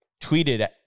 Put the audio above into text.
tweeted